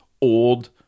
old